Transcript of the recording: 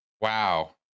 wow